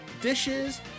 dishes